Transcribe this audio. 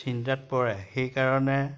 চিন্তাত পৰে সেইকাৰণে